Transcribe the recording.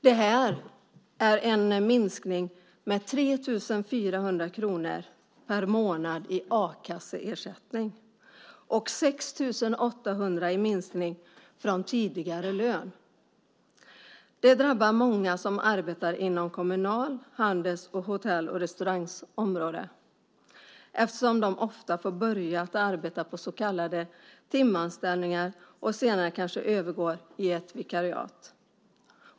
Det är en minskning med 3 400 kr per månad i a-kasseersättning. Och det är en minskning med 6 800 kr jämfört med tidigare lön. Det drabbar många som arbetar inom Kommunals, Handels och Hotell och restaurangs områden, eftersom man ofta får börja arbeta på så kallade timanställningar som senare kanske övergår i vikariat.